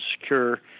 secure